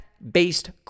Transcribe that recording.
based